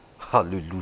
hallelujah